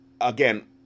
again